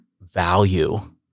value